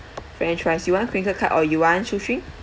french fries you want crinkle cut or you want shoestring